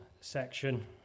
section